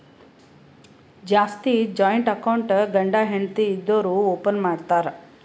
ಜಾಸ್ತಿ joint account ಗಂಡ ಹೆಂಡತಿ ಇದ್ದೋರು ಓಪನ್ ಮಾಡ್ತಾರ್